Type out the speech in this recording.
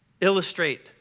illustrate